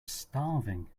starving